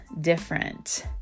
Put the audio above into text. different